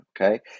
okay